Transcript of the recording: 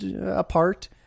apart